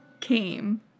came